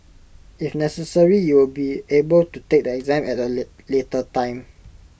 if necessary you will be able to take the exam at A late later time